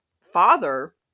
father